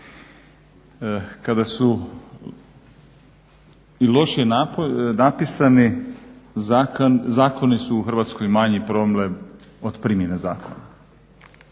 Kada su i loši napisani zakoni su u Hrvatskoj manji problem od primjene zakona.